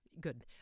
Good